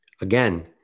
Again